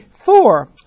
Four